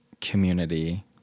community